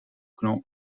clan